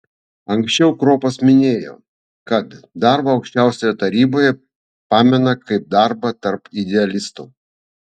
anksčiau kropas minėjo kad darbą aukščiausioje taryboje pamena kaip darbą tarp idealistų